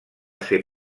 ser